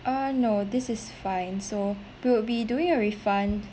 uh no this is fine so we will be doing a refund